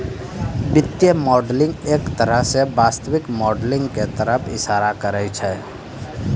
वित्तीय मॉडलिंग एक तरह स वास्तविक मॉडलिंग क तरफ इशारा करै छै